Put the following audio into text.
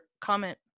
comment